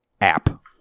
app